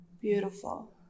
Beautiful